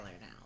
now